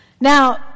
Now